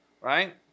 right